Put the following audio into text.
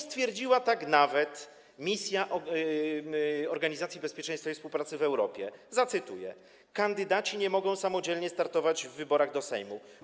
Stwierdziła to nawet misja Organizacji Bezpieczeństwa i Współpracy w Europie, cytuję: Kandydaci nie mogą samodzielnie startować w wyborach do Sejmu.